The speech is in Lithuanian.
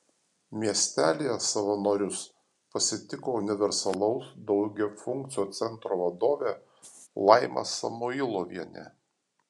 miestelyje savanorius pasitiko universalaus daugiafunkcio centro vadovė laima samuilovienė